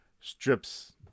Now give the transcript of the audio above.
strips